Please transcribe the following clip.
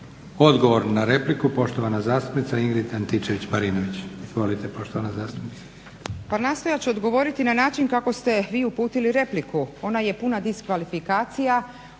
Odgovor na repliku poštovana zastupnica Ingrid Antičević-Marinović. Izvolite poštovana zastupnice. **Antičević Marinović, Ingrid (SDP)** Pa nastojat ću odgovoriti na način kako ste vi uputili repliku, ona je puna diskvalifikacija,